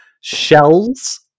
shells